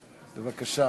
בבקשה.